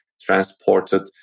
transported